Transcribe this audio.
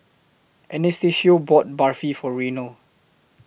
Anastacio bought Barfi For Reynold